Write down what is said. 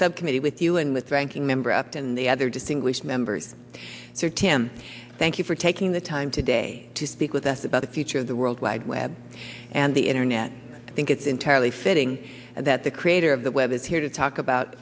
subcommittee with you and with ranking member upton the other distinguished members here can thank you for taking the time today to speak with us about the future of the world wide web and the internet i think it's entirely fitting that the creator of the web is here to talk about